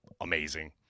amazing